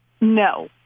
no